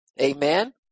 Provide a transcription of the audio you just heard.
amen